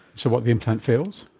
so what, the implant fails?